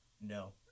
no